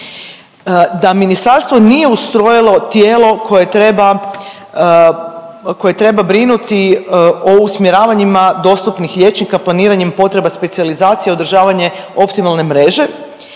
da ministarstvo nije ustrojilo tijelo koje treba brinuti o usmjeravanjima dostupnih liječnika planiranjem potreba specijalizacije održavanje optimalne mreže.